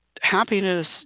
happiness